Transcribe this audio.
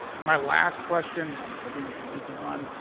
my last question, i'm hoping it's a decent one.